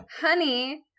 honey